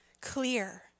clear